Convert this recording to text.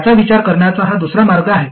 याचा विचार करण्याचा हा दुसरा मार्ग आहे